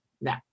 now